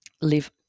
live